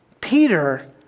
Peter